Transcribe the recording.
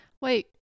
Wait